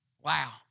Wow